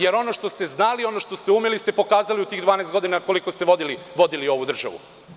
Jer ono što ste znali, ono što ste umeli pokazali ste u tih 12 godina koliko ste vodili ovu državu.